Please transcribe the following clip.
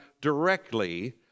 directly